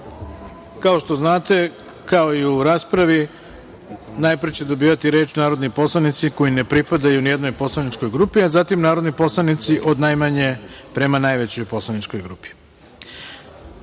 što znate kao i u raspravi najpre će dobijati reč narodni poslanici koji ne pripadaju ni jednoj poslaničkoj grupi, a zatim narodni poslanici od najmanjoj prema najvećoj poslaničkoj